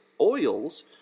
oil's